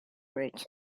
routes